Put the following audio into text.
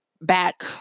back